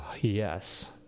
yes